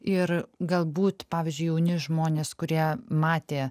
ir galbūt pavyzdžiui jauni žmonės kurie matė